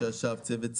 צוות סייבר,